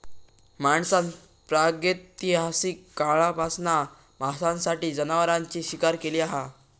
माणसान प्रागैतिहासिक काळापासना मांसासाठी जनावरांची शिकार केली हा